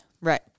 Right